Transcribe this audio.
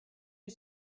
you